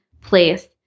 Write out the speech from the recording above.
place